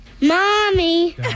Mommy